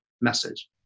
message